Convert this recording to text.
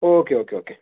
okay okay okay okay